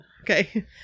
okay